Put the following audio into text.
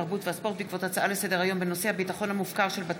התרבות והספורט בעקבות דיון מהיר בהצעתם של חברי הכנסת סעיד